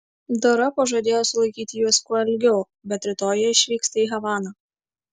dora pažadėjo sulaikyti juos kuo ilgiau bet rytoj jie išvyksta į havaną